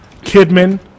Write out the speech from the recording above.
Kidman